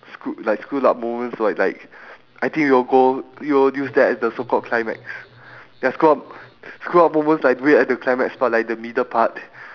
screw like screwed up moments so I like I think we will go you know use that as the so called climax ya it's called screw up moments like wait at the climax for like the middle part